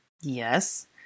Yes